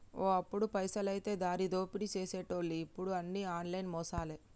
ఓ అప్పుడు పైసలైతే దారిదోపిడీ సేసెటోళ్లు ఇప్పుడు అన్ని ఆన్లైన్ మోసాలే